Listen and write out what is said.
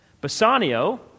Bassanio